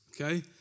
okay